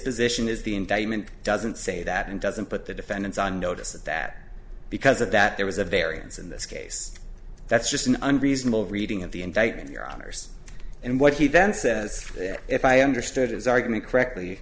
position is the indictment doesn't say that and doesn't put the defendants on notice that because of that there was a variance in this case that's just an unreasonable reading of the indictment your honour's and what he then says if i understood his argument correctly